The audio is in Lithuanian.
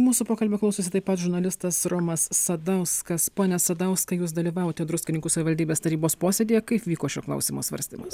mūsų pokalbio klausosi taip pat žurnalistas romas sadauskas pone sadauskai jus dalyvavote druskininkų savivaldybės tarybos posėdyje kaip vyko šio klausimo svarstymas